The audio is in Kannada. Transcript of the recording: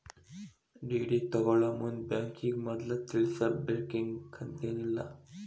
ಡಿ.ಡಿ ತಗ್ಸ್ಕೊಳೊಮುಂದ್ ಬ್ಯಾಂಕಿಗೆ ಮದ್ಲ ತಿಳಿಸಿರ್ಬೆಕಂತೇನಿಲ್ಲಾ